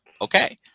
Okay